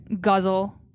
guzzle